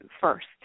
first